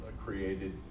created